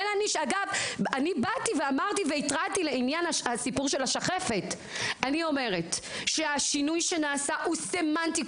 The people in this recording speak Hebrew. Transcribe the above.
התרעתי לגבי הסיפור של השחפת והשינוי שנעשה הוא סמנטי,